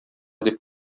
дип